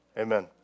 Amen